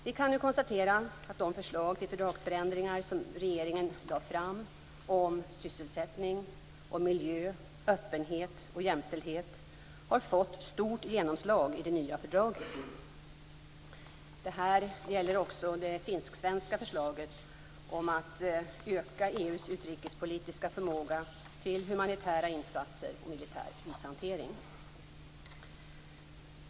Vi kan nu konstatera att de förslag till fördragsförändringar som regeringen lade fram om sysselsättning, miljö, öppenhet och jämställdhet har fått stort genomslag i det nya fördraget. Det gäller också det finsk-svenska förslaget om att öka EU:s utrikespolitiska förmåga till humanitära insatser och militär krishantering.